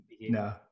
No